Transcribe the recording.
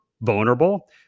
vulnerable